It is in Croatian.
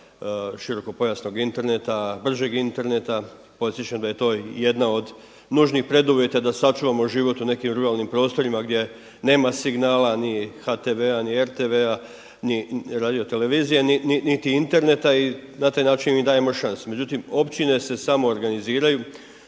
širokopojasnog interneta, bržeg interneta. Podsjećam da je to jedna od nužnih preduvjeta da sačuvamo život u nekim ruralnim prostorima gdje nema signala ni HTV-a, ni RTV-a ni radiotelevizije niti interneta i na taj način mi dajemo šansu. Međutim općine se samoorganiziraju,